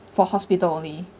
for hospital only